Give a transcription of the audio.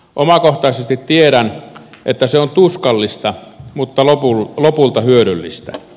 omakohtaisesti tiedän että se on tuskallista mutta lopulta hyödyllistä